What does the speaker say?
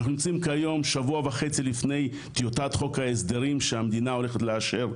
אנחנו נמצאים כיום שבוע וחצי לפי טיוטת חוק ההסדרים שהמדינה הולכת לאשר,